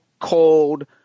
cold